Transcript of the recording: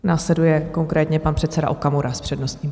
Následuje konkrétně pan předseda Okamura s přednostním právem.